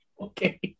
okay